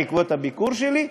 בעקבות הביקור שלי,